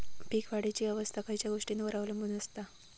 पीक वाढीची अवस्था खयच्या गोष्टींवर अवलंबून असता?